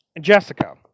Jessica